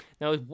Now